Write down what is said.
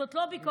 זאת לא ביקורת,